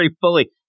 fully